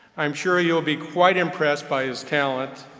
i'm sure you'll be quite impressed by his talents.